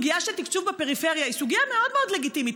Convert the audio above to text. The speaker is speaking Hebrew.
סוגיה של תקצוב בפריפריה היא סוגיה מאוד מאוד לגיטימית,